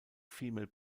female